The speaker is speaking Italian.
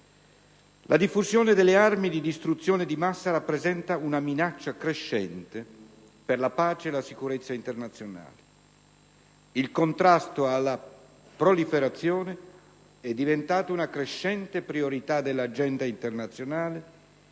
La diffusione delle armi di distruzione di massa rappresenta una minaccia crescente per la pace e la sicurezza internazionale. Il contrasto alla proliferazione è diventato una crescente priorità dell'agenda internazionale,